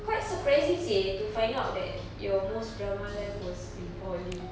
quite surprising seh to find out that your most drama life was in poly